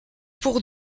pour